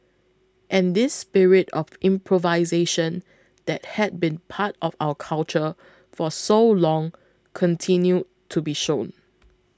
and this spirit of improvisation that had been part of our culture for so long continued to be shown